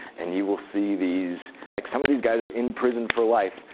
and you will see these like some of these guys are in prison for life,